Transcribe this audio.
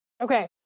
okay